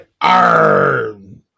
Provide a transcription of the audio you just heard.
arm